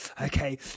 okay